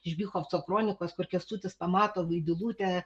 iš bychovco kronikos kur kęstutis pamato vaidilutę